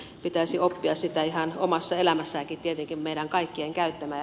pitäisi oppia sitä ihan omassa elämässäänkin tietenkin meidän kaikkien käyttämään